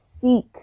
seek